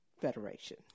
Federation